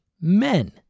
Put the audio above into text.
men